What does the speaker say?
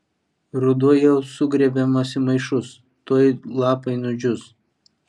ruduo jau sugrėbiamas į maišus tuoj lapai nudžius